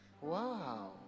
Wow